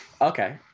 Okay